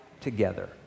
together